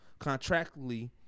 contractually